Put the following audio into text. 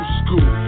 school